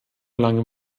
lang